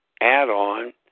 add-on